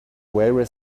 railway